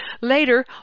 Later